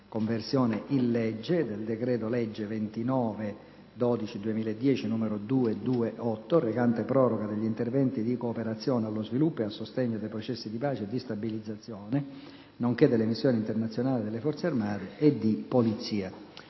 «Conversione in legge del decreto-legge 29 dicembre 2010, n. 228, recante proroga degli interventi di cooperazione allo sviluppo e a sostegno dei processi di pace e di stabilizzazione, nonché delle missioni internazionali delle Forze armate e di polizia»